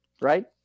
right